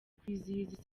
kwizihiza